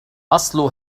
أصل